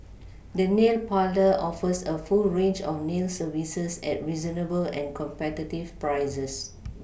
the nail parlour offers a full range of nail services at reasonable and competitive prices